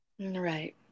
Right